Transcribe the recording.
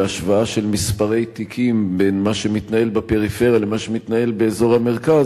בהשוואה של מספרי תיקים בין מה שמתנהל בפריפריה למה שמתנהל באזור המרכז,